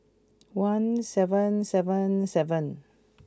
one seven seven seven